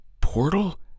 portal